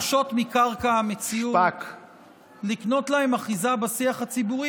ותלושות מקרקע המציאות לקנות להן אחיזה בשיח הציבורי,